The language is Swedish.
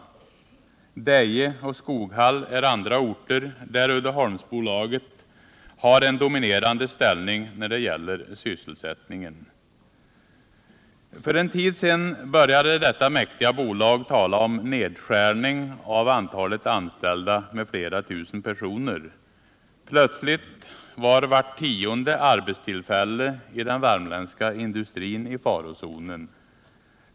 Deje och Skoghall är andra orter, där Uddeholmsbolaget har en dominerande ställning när det gäller sysselsättningen. För en tid sedan började detta mäktiga bolag tala om nedskärning av antalet anställda med flera tusen personer. Plötsligt var vart tionde arbetstillfälle i den värmländska industrin i farozonen.